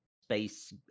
space